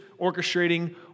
orchestrating